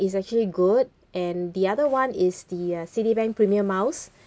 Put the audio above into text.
is actually good and the other one is the uh citibank premier miles